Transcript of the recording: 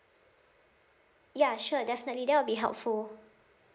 ya sure definitely that will be helpful